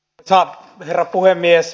arvoisa herra puhemies